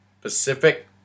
Pacific